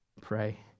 pray